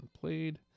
played